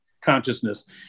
consciousness